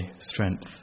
strength